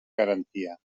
garantia